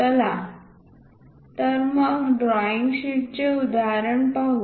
चला तर मग ड्रॉईंग शीटचे उदाहरण पाहू